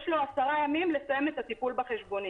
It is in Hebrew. יש לו 10 ימים לסיים את הטיפול בחשבונית.